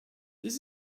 this